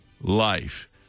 life